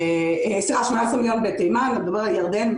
ירדן,